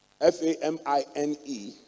F-A-M-I-N-E